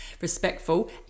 respectful